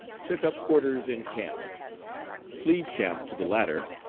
took up quarters in camp plebe camp to the latter,